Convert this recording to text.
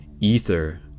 ether